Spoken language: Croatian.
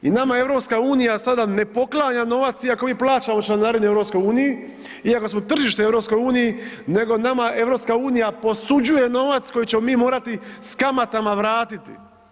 I nama EU sada ne poklanja novac iako mi plaćamo članarine EU, iako smo tržište u EU, nego nama EU posuđuje novac koji ćemo mi morati s kamatama vratiti.